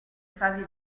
fasi